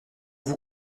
vous